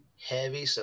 heavy